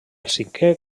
cinquè